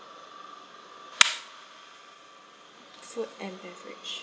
food and beverage